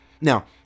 Now